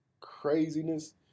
craziness